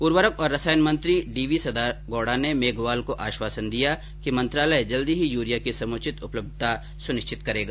उर्वरक और रसायन मंत्री डी वी सदागोडा ने मेघवाल को आश्वासन दिया कि मंत्रालय जल्द ही यूरिया की समुचित उपलब्धता सुनिश्चित करेगा